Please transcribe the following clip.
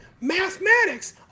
mathematics